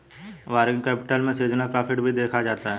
working capital में seasonal profit भी देखा जाता है